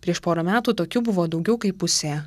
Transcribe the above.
prieš porą metų tokių buvo daugiau kaip pusė